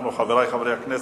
אנחנו, חברי חברי הכנסת,